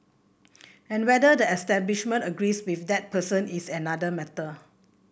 and whether the establishment agrees with that person is another matter